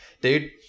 dude